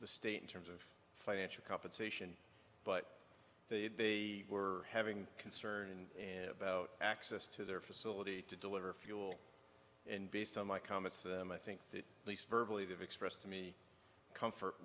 the state in terms of financial compensation but they were having concern about access to their facility to deliver fuel and based on my comments i think the least virtually that expressed to me comfort